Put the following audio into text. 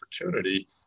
opportunity